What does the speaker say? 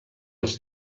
els